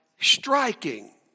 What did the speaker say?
striking